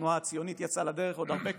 התנועה הציונית יצאה לדרך עוד הרבה קודם.